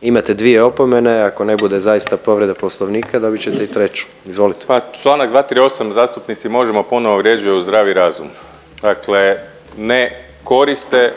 Imate dvije opomene ako ne bude zaista povreda poslovnika dobit ćete i treću. Izvolite. **Herman, Mislav (HDZ)** Pa čl. 238. zastupnici Možemo! ponovo vrijeđaju zdravi razum. Dakle, ne koriste